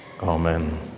Amen